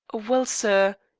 well, sir,